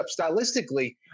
stylistically